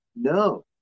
No